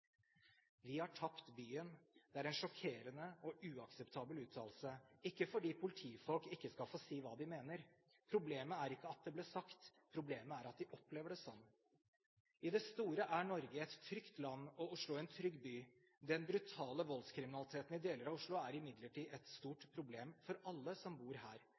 har tapt byen.» Det er en sjokkerende og uakseptabel uttalelse – ikke fordi politifolk ikke skal få si hva de mener, problemet er ikke at det ble sagt, problemet er at de opplever det sånn. I det store og hele er Norge et trygt land og Oslo en trygg by. Den brutale voldskriminaliteten i deler av Oslo er imidlertid et stort problem for alle som bor her.